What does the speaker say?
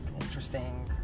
interesting